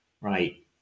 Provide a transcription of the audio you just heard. right